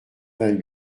vingt